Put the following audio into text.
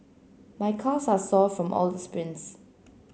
my calves are sore from all the sprints